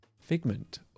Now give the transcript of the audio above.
figment